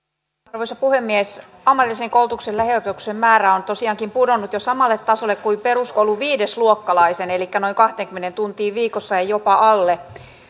arvoisa puhemies ammatillisen koulutuksen lähiopetuksen määrä on tosiaankin pudonnut jo samalle tasolle kuin peruskoulun viidesluokkalaisen elikkä noin kahteenkymmeneen tuntiin viikossa ja jopa alle